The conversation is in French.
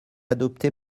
adopté